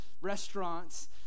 restaurants